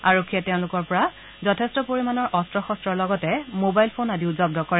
আৰক্ষীয়ে তেওঁলোকৰ পৰা যথেষ্ট পৰিমাণৰ অস্ত্ৰ শস্ত্ৰৰ লগতে মবাইল ফ'ন আদিও জব্দ কৰে